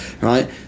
right